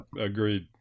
Agreed